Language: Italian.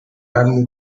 anni